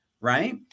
right